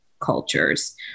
cultures